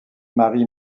marie